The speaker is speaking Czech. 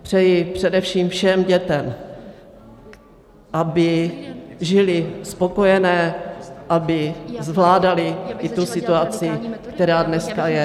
Přeji především všem dětem, aby byly spokojené, aby zvládaly i tu situaci, která dneska je.